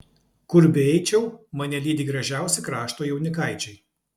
kur beeičiau mane lydi gražiausi krašto jaunikaičiai